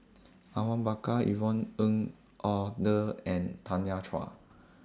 Awang Bakar Yvonne Ng Uhde and Tanya Chua